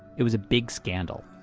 it was a big scandal.